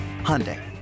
Hyundai